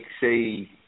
say